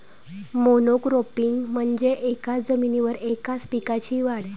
monocropping म्हणजे एकाच जमिनीवर एकाच पिकाची वाढ